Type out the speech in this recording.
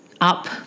up